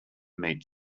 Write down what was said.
meet